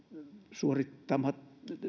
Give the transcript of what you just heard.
suorittamatta